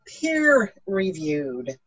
peer-reviewed